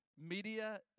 Media